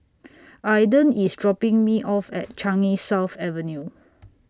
Aydan IS dropping Me off At Changi South Avenue